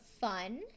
fun